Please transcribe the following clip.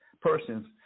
persons